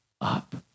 up